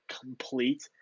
complete